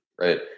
right